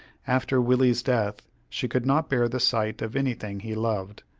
after willie's death, she could not bear the sight of anything he loved,